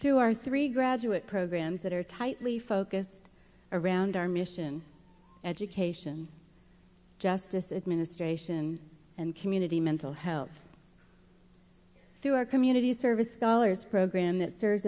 through our three graduate programs that are tightly focused around our mission education just this administration and community mental health through our community service scholars program that serves